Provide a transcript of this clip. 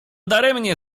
daremnie